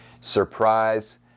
surprise